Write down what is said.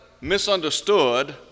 misunderstood